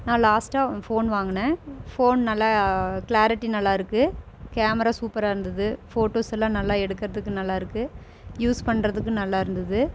நான் லாஸ்ட்டாக ஃபோன் வாங்கின ஃபோன் நல்லா க்ளாரிட்டி நல்லாயிருக்கு கேமரா சூப்பராக இருந்தது ஃபோட்டோஸெல்லாம் நல்லா எடுக்கிறதுக்கு நல்லாயிருக்கு யூஸ் பண்ணுறதுக்கும் நல்லா இருந்தது